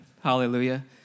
hallelujah